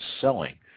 selling